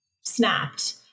snapped